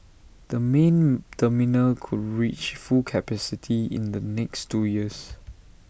the main terminal could reach full capacity in the next two years